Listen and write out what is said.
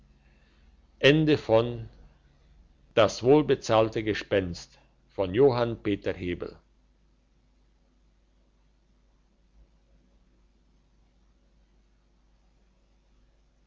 das wohlbezahlte gespenst